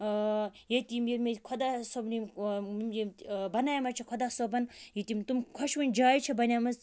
ییٚتہِ یِم خۄدا صٲبنہِ یِم یِم تہِ بَنایمَژٕ چھےٚ خۄدا صٲبَن یہِ تِم تم خۄشوٕنۍ جایہِ چھےٚ بَنیمٕژ